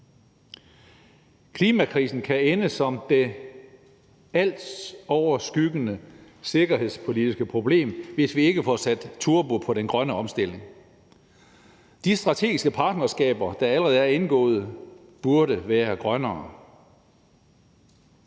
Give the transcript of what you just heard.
Klimakrisen kan ende som det altoverskyggende sikkerhedspolitiske problem, hvis vi ikke får sat turbo på den grønne omstilling. De strategiske partnerskaber, der allerede er indgået, burde være grønnere.